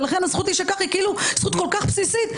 ולכן הזכות להישכח היא כאילו זכות כל כך בסיסית,